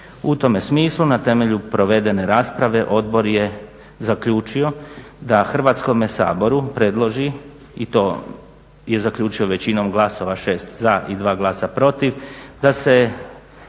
U tome smislu na temelju provedene rasprave odbor je zaključio da Hrvatskome saboru predloži i to je zaključio većinom glasova 6 za i 2 glasa protiv, da se